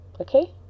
okay